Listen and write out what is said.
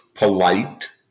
polite